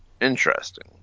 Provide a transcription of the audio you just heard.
Interesting